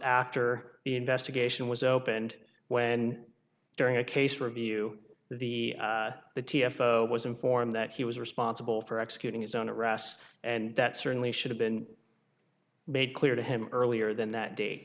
after the investigation was opened when during a case review the the t f was informed that he was responsible for executing his own address and that certainly should have been made clear to him earlier than that da